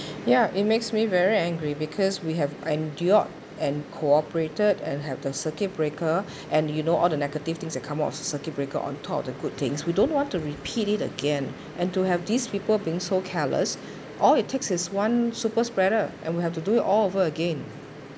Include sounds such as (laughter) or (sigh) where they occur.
ya it makes me very angry because we have endured and cooperated and have the circuit breaker (breath) and you know all the negative things that come off cir~ circuit breaker on top of the good things we don't want to repeat it again and to have these people being so careless (breath) all it takes is one super spreader and we have to do all over again